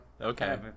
okay